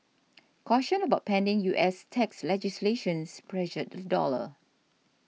caution about pending U S tax legislations pressured the dollar